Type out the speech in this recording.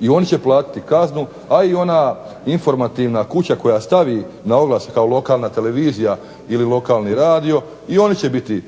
i oni će platiti kaznu a i ona informativna kuća koja stavi na oglas kao lokalna televizija ili lokalni radio, i oni će biti